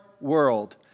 world